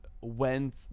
went